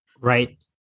Right